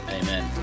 amen